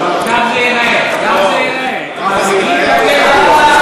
כך זה ייראה, עם אזיקים לכלא.